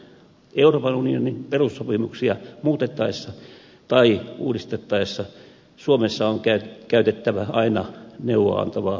euroopan unionin perussopimuksia muutettaessa tai uudistettaessa suomessa on käytettävä aina neuvoa antavaa kansanäänestystä